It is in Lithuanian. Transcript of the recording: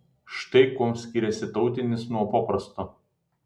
štai kuom skiriasi tautinis nuo paprasto